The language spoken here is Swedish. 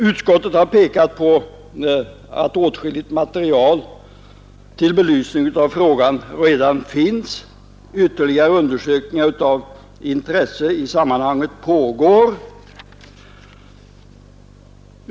Utskottet har pekat på att åtskilligt material till belysning av frågan redan finns. Ytterligare undersökningar av intresse i sammanhanget pågår.